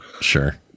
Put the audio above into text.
sure